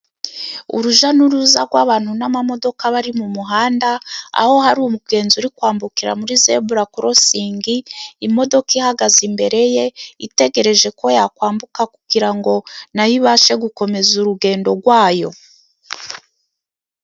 Urujya n'uruza rw'abantu n'imodoka bari mu muhanda, aho hari umugenzi uri kwambukira muri zebura korosinge, imodoka ihagaze imbere ye itegereje ko yakwambuka, kugira ngo nayo ibashe gukomeza urugendo rwayo.